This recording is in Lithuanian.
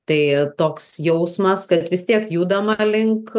tai toks jausmas kad vis tiek judama link